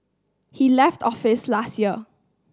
he left office last year